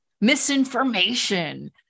misinformation